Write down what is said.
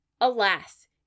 Alas